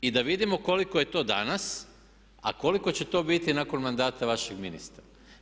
I da vidimo koliko je to danas a koliko će to biti nakon mandata našeg ministra.